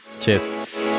cheers